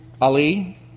ali